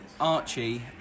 Archie